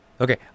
Okay